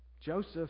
Joseph